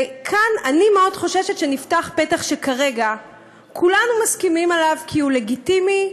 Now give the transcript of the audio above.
וכאן אני מאוד חוששת שנפתח פתח שכרגע כולנו מסכימים עליו שהוא לגיטימי,